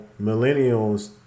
millennials